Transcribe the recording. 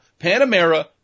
Panamera